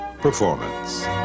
performance